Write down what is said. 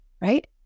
right